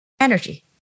energy